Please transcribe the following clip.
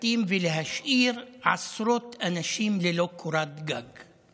שישה בתים ולהשאיר עשרות אנשים ללא קורת גג,